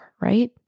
right